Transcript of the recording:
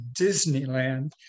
Disneyland